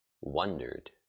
wondered